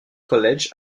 college